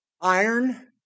iron